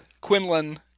Quinlan